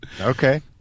Okay